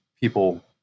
people